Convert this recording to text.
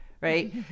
right